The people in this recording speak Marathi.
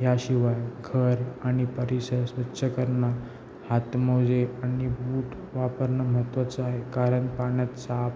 ह्याशिवाय घर आणि परिसर स्वच्छ करणं हातमोजे आणि बूट वापरणं महत्त्वाचं आहे कारण पाण्यात साप